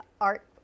art